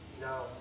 No